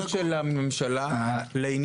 אנחנו כן חוזרים על הבקשה שלנו, שתהיה